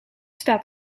staat